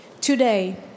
today